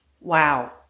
wow